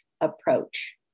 approach